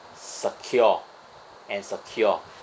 secure and secure